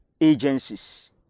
agencies